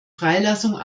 freilassung